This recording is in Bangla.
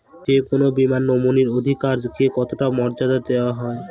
যে কোনো বীমায় নমিনীর অধিকার কে কতটা মর্যাদা দেওয়া হয়?